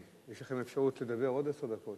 יש לכם אפשרות לדבר עוד עשר דקות,